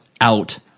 out